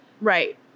Right